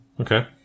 Okay